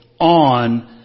on